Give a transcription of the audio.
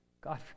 God